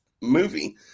movie